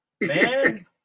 man